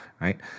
right